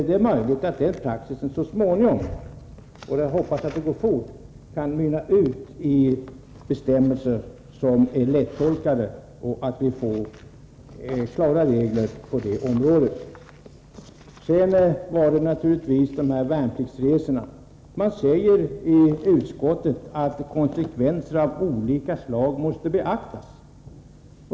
Det är möjligt att denna praxis så småningom — jag hoppas att det går fort — kan mynna ut i bestämmelser som är lättolkade så att vi får klara regler på detta område. Beträffande värnpliktsresorna säger utskottet att konsekvenser av olika slag måste beaktas.